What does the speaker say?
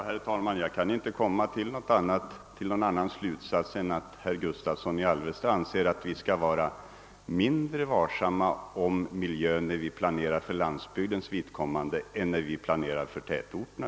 Herr talman! Jag kan inte komma till någon annan slutsats än att herr Gustavsson i Alvesta anser att vi skall vara mindre varsamma med miljön när vi planerar för landsbygden än när vi planerar för tätorterna.